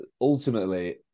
ultimately